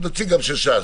נציג גם של ש"ס.